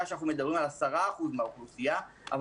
היתה שאנחנו מדברים על 10% מהאוכלוסייה אבל